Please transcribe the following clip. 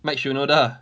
mike shinoda